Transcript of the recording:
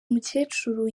mukecuru